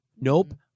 Nope